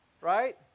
right